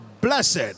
blessed